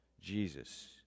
Jesus